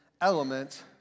element